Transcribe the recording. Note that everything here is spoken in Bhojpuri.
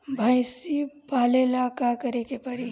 भइसी पालेला का करे के पारी?